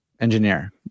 engineer